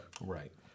Right